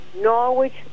Norwich